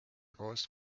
koos